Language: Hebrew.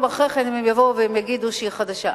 אחרי כן הם יבואו והם יגידו שהיא חדשה.